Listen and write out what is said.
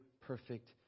perfect